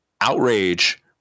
outrage